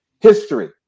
History